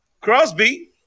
Crosby